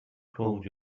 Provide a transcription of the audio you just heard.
told